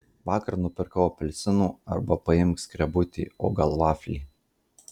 vakar nupirkau apelsinų arba paimk skrebutį o gal vaflį